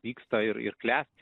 vyksta ir ir klesti